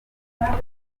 abahutu